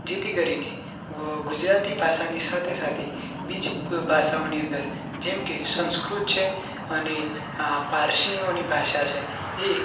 જેથી કરીને ગુજરાતી ભાષાની સાથે સાથે બીજી ભાષાઓની અંદર જેમકે સંસ્કૃત છે અને પારસીઓની ભાષા છે એ